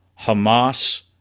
Hamas